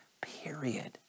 period